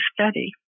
study